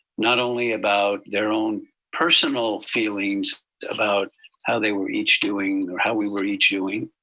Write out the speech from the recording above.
not only about their own personal feelings about how they were each doing or how we were each doing,